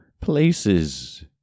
places